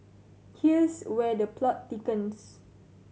here's where the plot thickens